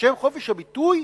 בשם חופש הביטוי?